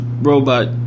robot